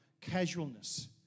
casualness